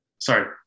Sorry